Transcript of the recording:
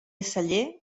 celler